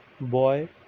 boy